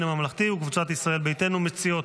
הממלכתי וקבוצת ישראל ביתנו מציעות.